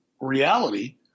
reality